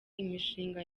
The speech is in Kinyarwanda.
imishinga